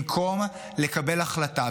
במקום לקבל החלטה,